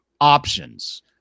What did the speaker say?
options